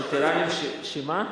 וטרנים שמה?